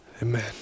Amen